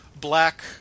black